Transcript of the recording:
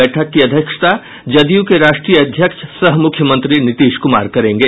बैठक की अध्यक्षता जदयू के राष्ट्रीय अध्यक्ष सह मुख्यमंत्री नीतीश क्मार करेंगे